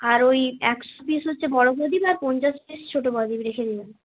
আর ঐ একশো পিস হচ্ছে বড় প্রদীপ আর পঞ্চাশ পিস ছোট প্রদীপ রেখে দেবেন